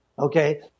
Okay